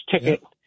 ticket